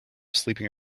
sleeping